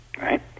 right